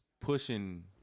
pushing